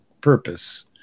purpose